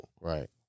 Right